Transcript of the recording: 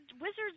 wizards